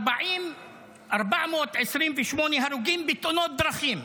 428 הרוגים בתאונות בדרכים,